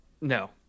No